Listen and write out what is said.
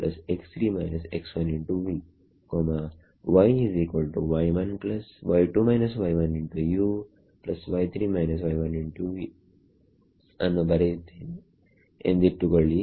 ಸೋನಾನು ನ್ನು ಬರೆಯುತ್ತೇನೆ ಎಂದಿಟ್ಟು ಕೊಳ್ಳಿ